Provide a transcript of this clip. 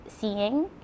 seeing